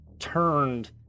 turned